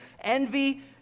envy